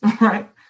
right